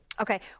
Okay